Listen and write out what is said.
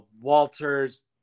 Walters